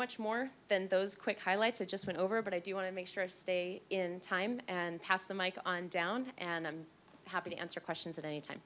much more than those quick highlights i just went over but i do want to make sure i stayed in time and passed the mike on down and i'm happy to answer questions at any time